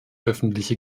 öffentliche